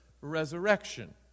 resurrection